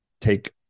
Take